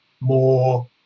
more